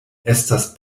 estas